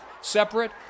separate